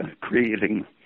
creating